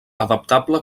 adaptable